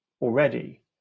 already